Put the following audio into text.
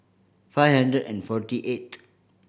five hundred and forty eighth